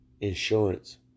Insurance